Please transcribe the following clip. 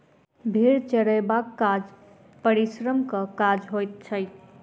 भेंड़ चरयबाक काज परिश्रमक काज होइत छै